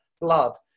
blood